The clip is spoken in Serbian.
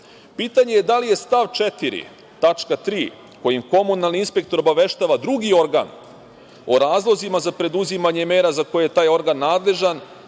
itd. Pitanje je da li je stav 4. tačka 3) kojim komunalni inspektor obaveštava drugi organ o razlozima za preduzimanje mera za koje je taj organ nadležan